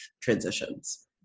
transitions